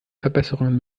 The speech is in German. verbesserungen